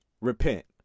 Repent